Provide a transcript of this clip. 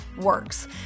works